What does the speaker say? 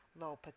low